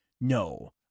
no